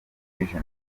jenoside